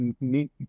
need